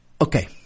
Okay